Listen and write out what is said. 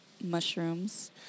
mushrooms